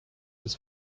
his